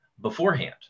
beforehand